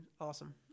awesome